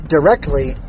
directly